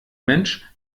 mensch